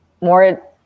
more